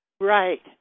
Right